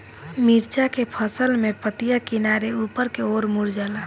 मिरचा के फसल में पतिया किनारे ऊपर के ओर मुड़ जाला?